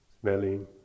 smelling